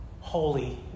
holy